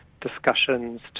discussions